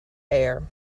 air